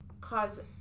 cause